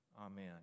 amen